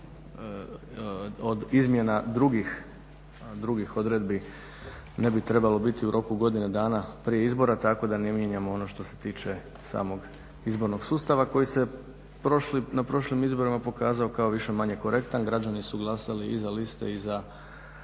izmjena drugih odredbi, ne bi trebalo biti u roku od godine dana prije izbora, tako da ne mijenjamo ono što se tiče samog izbornog sustava koji se na prošlim izborima pokazao kao više-manje korektan. Građani su glasali i za liste i za